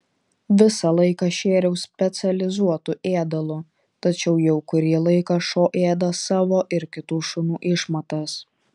visą laiką šėriau specializuotu ėdalu tačiau jau kurį laiką šuo ėda savo ir kitų šunų išmatas